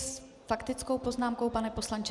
S faktickou poznámkou, pane poslanče?